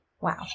Wow